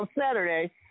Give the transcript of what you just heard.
Saturday